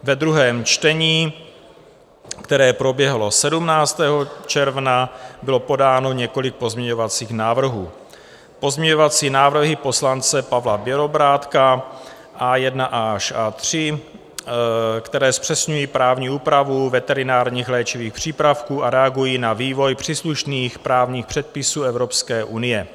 Ve druhém čtení, které proběhlo 17. června, byl podáno několik pozměňovacích návrhů: pozměňovací návrhy poslance Pavla Bělobrádka A1 až A3, které zpřesňují právní úpravu veterinárních léčivých přípravků a reagují na vývoj příslušných právních předpisů Evropské unie.